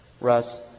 Russ